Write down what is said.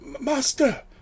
master